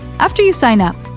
after you sign up,